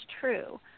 true